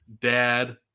dad